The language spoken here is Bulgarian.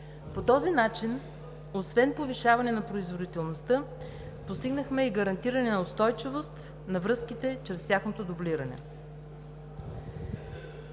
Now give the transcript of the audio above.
По този начин освен повишаване на производителността, постигнахме и гарантиране на устойчивост на връзките чрез тяхното дублиране.